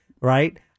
right